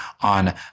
on